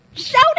Shout